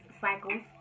cycles